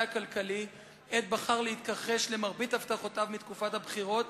הכלכלי עת בחר להתכחש למרבית הבטחותיו מתקופת הבחירות